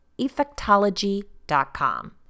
effectology.com